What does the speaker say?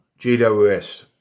GWS